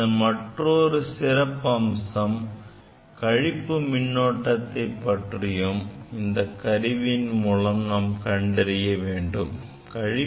இதன் மற்றொரு சிறப்பம்சம் கழிப்பு மின்னோட்டத்தை பற்றியும் இந்தக் கருவியின் மூலம் நாம் கண்டறிய முடியும்